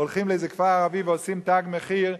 הולכים לאיזה כפר ערבי ועושים "תג מחיר",